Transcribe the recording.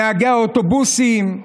נהגי האוטובוסים,